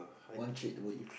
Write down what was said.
what trade the world if